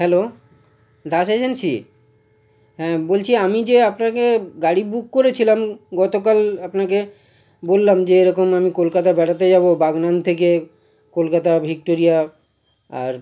hello Das agency হ্যাঁ বলছি আমি যে আপনাকে গাড়ি বুক করেছিলাম গতকাল আপনাকে বললাম যে এরকম আমি কলকাতা বেড়াতে যাবো বাগনান থেকে কলকাতা ভিক্টোরিয়া আর